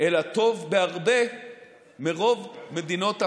אלא טוב בהרבה מרוב מדינות המערב.